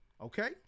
okay